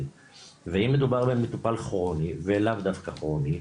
ואם מדובר במטופל כרוני ולאו דווקא כרוני,